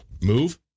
Move